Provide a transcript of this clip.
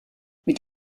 mit